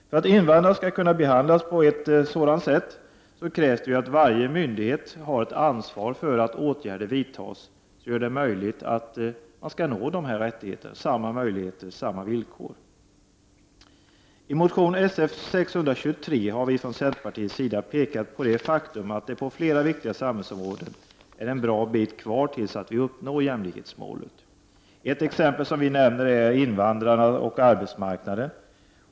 För att invandrarna skall kunna behandlas på ett sådant sätt krävs det att varje myndighet har ett ansvar för att åtgärder vidtas som gör det möjligt att nå de här rättigheterna; samma möjligheter, samma villkor. I motion Sf623 har vi från centerpartiets sida pekat på det faktum att det på flera viktiga samhällsområden är en bra bit kvar tills vi uppnår jämlikhetsmålet. Ett exempel som vi nämner gäller invandrarna och arbetsmarknaden.